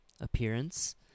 appearance